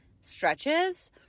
stretches